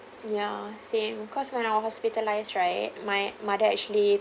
yeah same cause when I was hospitalised right my mother actually